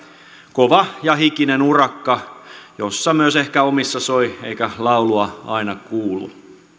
kova ja hikinen urakka jossa myös ehkä omissa soi eikä laulua aina kuulu